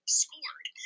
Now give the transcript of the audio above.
scored